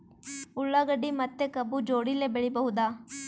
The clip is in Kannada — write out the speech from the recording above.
ಉಳ್ಳಾಗಡ್ಡಿ ಮತ್ತೆ ಕಬ್ಬು ಜೋಡಿಲೆ ಬೆಳಿ ಬಹುದಾ?